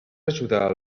ajudar